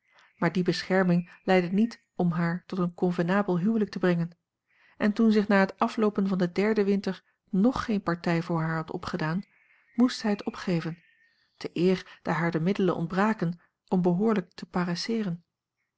maar die bescherming leidde niet om haar tot een convenabel huwelijk te brengen en toen zich na het afloopen van den derden winter ng geene partij voor haar had opgedaan moest zij het opgeven te eer daar haar de middelen ontbraken om behoorlijk te